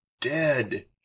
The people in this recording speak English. dead